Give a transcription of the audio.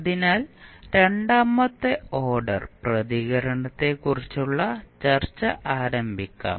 അതിനാൽ രണ്ടാമത്തെ ഓർഡർ പ്രതികരണത്തെക്കുറിച്ചുള്ള ചർച്ച ആരംഭിക്കാം